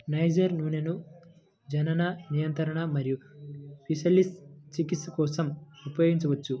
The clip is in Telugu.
నైజర్ నూనెను జనన నియంత్రణ మరియు సిఫిలిస్ చికిత్స కోసం ఉపయోగించవచ్చు